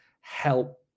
help